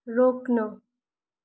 रोक्नु